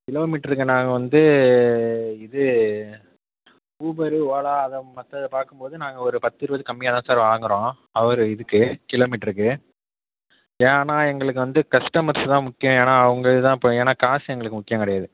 kilo மீட்டருக்கு நாங்கள் வந்து இது ஊபரு ஓலா அதை மற்றத பார்க்கும் போது நாங்கள் ஒரு பத்து இருபது கம்மியாக தான் சார் வாங்குறோம் ஹவரு இதுக்கு கிலோ மீட்டருக்கு ஏன்னா எங்களுக்கு வந்து கஸ்டமர்ஸ் தான் முக்கியம் ஏன்னா அவங்க இது தான் இப்போ காசு எங்களுக்கு முக்கியம் கிடையாது